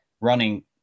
running